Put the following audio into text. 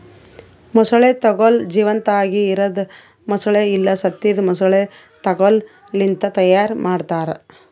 ಮೊಸಳೆ ತೊಗೋಲ್ ಜೀವಂತಾಗಿ ಇರದ್ ಮೊಸಳೆ ಇಲ್ಲಾ ಸತ್ತಿದ್ ಮೊಸಳೆ ತೊಗೋಲ್ ಲಿಂತ್ ತೈಯಾರ್ ಮಾಡ್ತಾರ